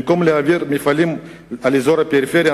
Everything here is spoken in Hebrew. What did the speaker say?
במקום להעביר מפעלים לאזור הפריפריה,